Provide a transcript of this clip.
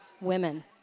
women